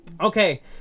Okay